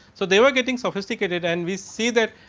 so they were getting sophisticated. and we see that